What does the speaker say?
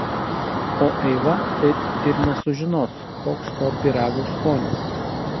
o eiva taip ir nesužinos koks to pyrago skonis